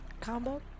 combo